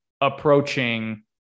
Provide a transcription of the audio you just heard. approaching